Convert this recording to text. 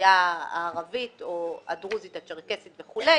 מהאוכלוסייה הערבית או הדרוזית או הצ'רקסית וכולי